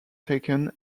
taken